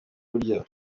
kurya